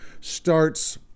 starts